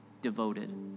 devoted